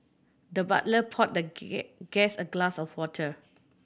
the butler poured the guest a glass of water